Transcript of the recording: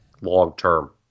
long-term